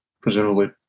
presumably